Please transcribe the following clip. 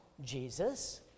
Jesus